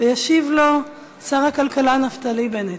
ישיב לו שר הכלכלה נפתלי בנט.